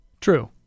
True